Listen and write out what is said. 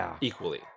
equally